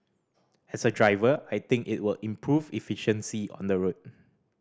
as a driver I think it will improve efficiency on the road